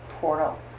Portal